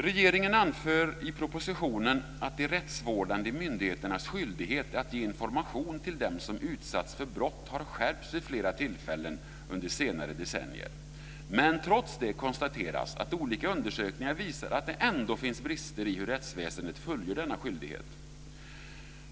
Regeringen anför i propositionen att de rättsvårdande myndigheternas skyldighet att ge information till dem som utsatts för brott har skärpts vid flera tillfällen under senare decennier. Trots det konstateras att olika undersökningar visar att det ändå finns brister i hur rättsväsendet fullgör denna skyldighet.